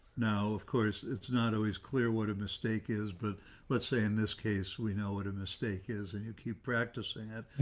now, of course, it's not always clear what a mistake is. but let's say in this case, we know what a mistake is, and you keep practicing it.